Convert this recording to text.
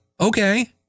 okay